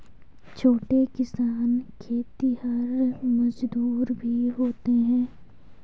छोटे किसान खेतिहर मजदूर भी होते हैं